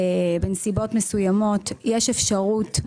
בנסיבות מסוימות יש אפשרות,